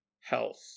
health